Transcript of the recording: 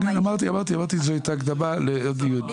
את ההקדמה אמרתי.